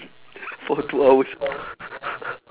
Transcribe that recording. for two hours